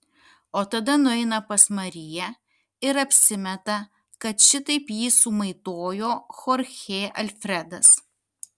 o tada nueina pas mariją ir apsimeta kad šitaip jį sumaitojo chorchė alfredas